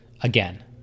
again